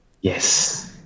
Yes